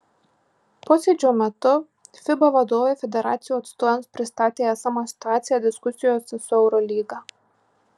posėdžio metu fiba vadovai federacijų atstovams pristatė esamą situaciją diskusijose su eurolyga